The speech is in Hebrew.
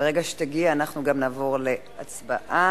ברגע שתגיע אנחנו נעבור להצבעה.